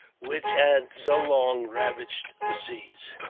which had so long ravaged the seas.